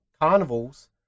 carnivals